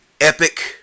epic